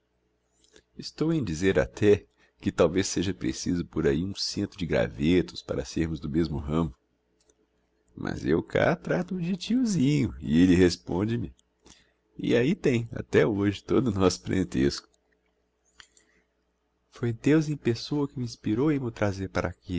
estou em dizer até que talvez seja preciso para ahi um cento de gravêtos para sermos do mesmo ramo mas eu cá trato o de tiozinho e elle responde me e ahi tem até hoje todo o nosso parentesco foi deus em pessoa que o inspirou em m'o trazer para aqui